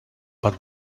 but